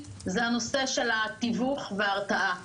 זה הנושא של התיווך וההרתעה,